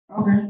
Okay